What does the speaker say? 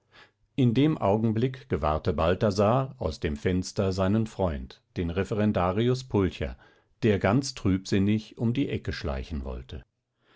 in dem augenblick gewahrte balthasar aus dem fenster seinen freund den referendarius pulcher der ganz trübsinnig um die ecke schleichen wollte